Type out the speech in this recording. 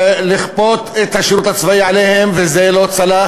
לכפות את השירות הצבאי עליהם, וזה לא צלח.